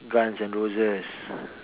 guns and roses